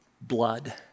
blood